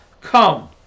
come